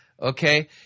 Okay